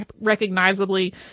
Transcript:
recognizably